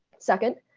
second,